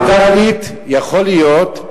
ביתר-עילית יכול להיות,